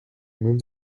moved